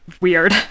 weird